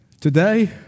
Today